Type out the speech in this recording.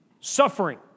suffering